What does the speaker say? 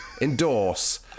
endorse